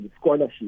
scholarship